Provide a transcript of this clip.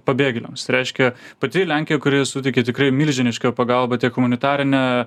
pabėgėliams reiškia pati lenkija kuri suteikė tikrai milžinišką pagalbą tiek humanitarinę